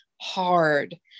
hard